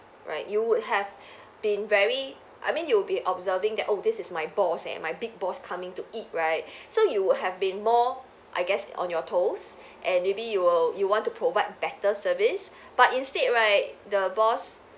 right you would have been very I mean you will be observing that oh this is my boss eh my big boss coming to eat right so you would have been more I guess on your toes and maybe you will you want to provide better service but instead right the boss